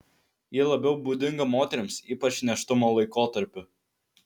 ji labiau būdinga moterims ypač nėštumo laikotarpiu